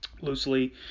loosely